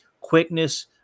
quickness